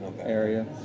area